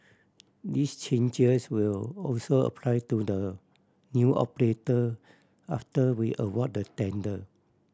these changes will also apply to the new operator after we award the tender